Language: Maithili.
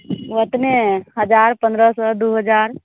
ओतने हजार पन्द्रह सए दू हजार